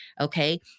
Okay